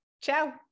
ciao